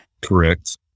Correct